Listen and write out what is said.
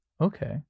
Okay